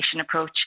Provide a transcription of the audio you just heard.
approach